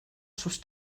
sus